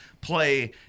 play